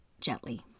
gently